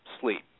sleep